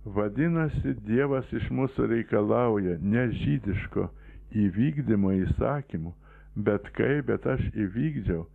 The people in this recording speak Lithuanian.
vadinasi dievas iš mūsų reikalauja ne žydiško įvykdymo įsakymų bet kaip bet aš įvykdžiau